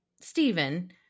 Stephen